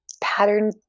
pattern